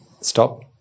stop